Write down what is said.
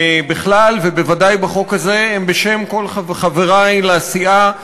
בכלל ובוודאי בחוק הזה, הם בשם כל חברי לסיעה,